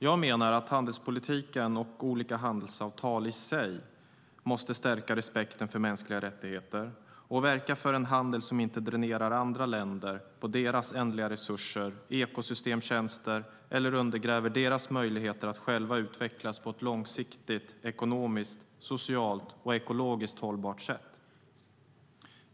Jag menar att handelspolitiken och olika handelsavtal i sig måste stärka respekten för mänskliga rättigheter och verka för en handel som inte dränerar andra länder på deras ändliga resurser och ekosystemtjänster eller undergräver deras möjligheter att själva utvecklas på ett långsiktigt ekonomiskt, socialt och ekologiskt hållbart sätt.